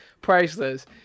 priceless